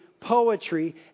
Poetry